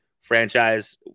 franchise